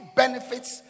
benefits